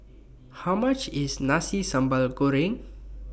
How much IS Nasi Sambal Goreng